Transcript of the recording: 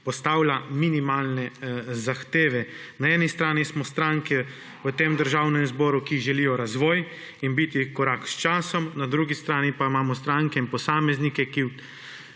postavlja minimalne zahteve. Na eni strani smo stranke v tem državnem zboru, ki želijo razvoj in biti v korak s časom. Na drugi strani pa imamo stranke in posameznike, ki